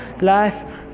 Life